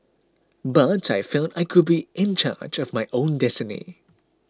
but I felt I could be in charge of my own destiny